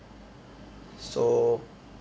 so